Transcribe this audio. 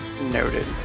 noted